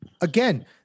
Again